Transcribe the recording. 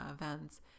events